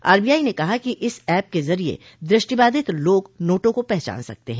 RBI ने कहा है कि इस एप के जरिए द्रष्टिबाधित लोग नोटों को पहचान सकते हैं